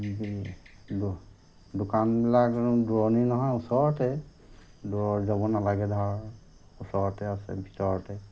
দোকানবিলাক দূৰণি নহয় ওচৰতে দূৰত যাব নালাগে ধৰ ওচৰতে আছে ভিতৰতে